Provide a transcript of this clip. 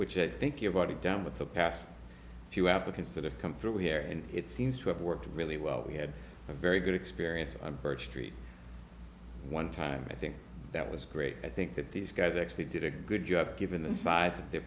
which i think your body down with the past few applicants that have come through here and it seems to have worked really well we had a very good experience i'm birch tree one time i think that was great i think that these guys actually did a good job given the size of their